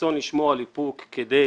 רצון לשמור על איפוק כדי